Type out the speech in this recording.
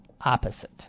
opposite